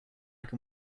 can